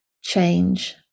change